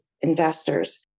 investors